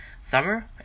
summer